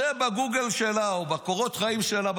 שבגוגל שלה או בקורות החיים שלה,